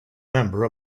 member